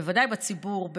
בוודאי בציבור,